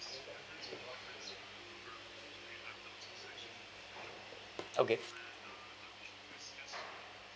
okay